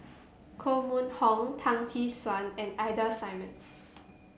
Koh Mun Hong Tan Tee Suan and Ida Simmons